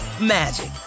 magic